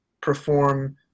perform